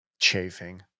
chafing